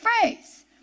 phrase